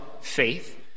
faith